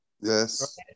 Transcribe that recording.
Yes